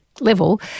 Level